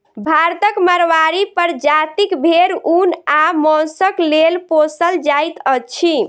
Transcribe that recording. भारतक माड़वाड़ी प्रजातिक भेंड़ ऊन आ मौंसक लेल पोसल जाइत अछि